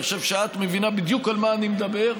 אני חושב שאת מבינה בדיוק על מה אני מדבר,